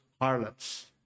harlots